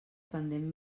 pendent